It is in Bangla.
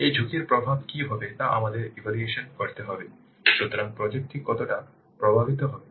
এই ঝুঁকির প্রভাব কী হবে তা আমাদের ইভ্যালুয়েশন করতে হবে সুতরাং প্রজেক্ট টি কতটা প্রভাবিত হবে